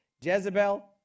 Jezebel